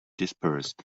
dispersed